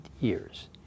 years